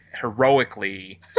heroically